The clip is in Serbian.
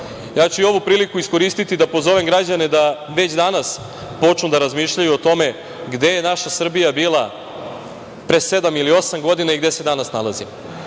ću i ovu priliku iskoristiti da pozovem građane da već danas počnu da razmišljaju o tome gde je naša Srbija bila pre sedam ili osam godina i gde se danas nalazi